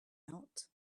out